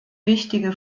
wichtige